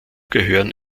gehören